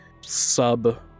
sub